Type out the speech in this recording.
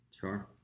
sure